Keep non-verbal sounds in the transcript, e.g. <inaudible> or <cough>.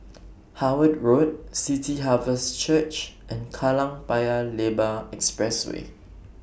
<noise> Howard Road City Harvest Church and Kallang Paya Lebar Expressway